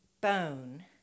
bone